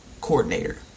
coordinator